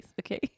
okay